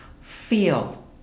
feel